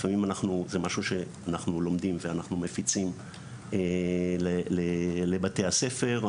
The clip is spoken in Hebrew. לפעמים אנחנו זה משהו שאנחנו לומדים ואנחנו מפיצים לבתי הספר.